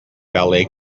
ballet